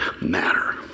matter